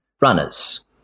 runners